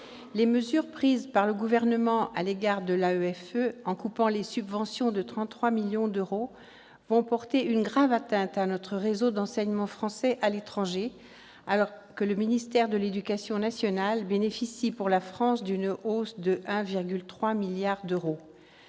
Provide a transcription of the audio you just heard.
les mesures prises par le Gouvernement à l'égard de l'AEFE, en coupant les subventions de 33 millions d'euros, vont porter une grave atteinte à notre réseau d'enseignement français à l'étranger, alors que le ministère de l'éducation nationale bénéficie pour la France d'une hausse de 1,3 milliard d'euros.